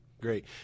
Great